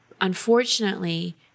Unfortunately